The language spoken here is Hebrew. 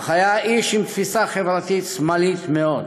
אך היה איש עם תפיסה חברתית שמאלית מאוד.